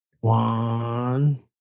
One